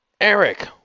Eric